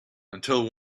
until